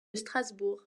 strasbourg